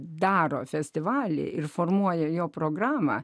daro festivalį ir formuoja jo programą